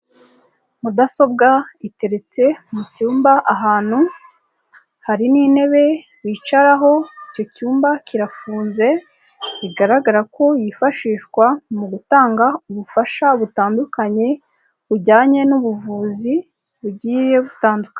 Mudasobwa iteriretse mu cyumba ahantu hari n'intebe wicaraho, icyo cyumba kirafunze bigaragara ko yifashishwa mu gutanga ubufasha butandukanye bujyanye n'ubuvuzi bugiye butandukanye.